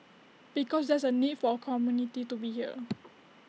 because there's A need for A community to be here